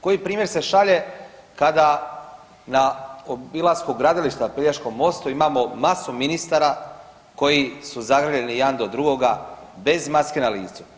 Koji primjer se šalje kada na obilasku gradilišta Pelješkom mostu imamo masu ministara koji su zagrljeni jedan do drugoga bez maske na licu?